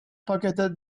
pocketed